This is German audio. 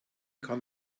kann